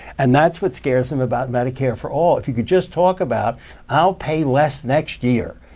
and that's what scares them about medicare for all. if you could just talk about i'll pay less next year,